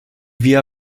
via